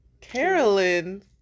Carolyn